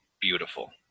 beautiful